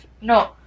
No